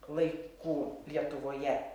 laikų lietuvoje